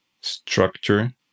structure